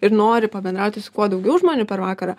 ir nori pabendrauti su kuo daugiau žmonių per vakarą